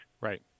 Right